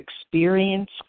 experience